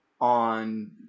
on